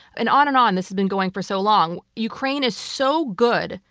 and on and on this has been going for so long. ukraine is so good,